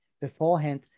beforehand